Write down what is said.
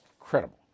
Incredible